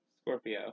Scorpio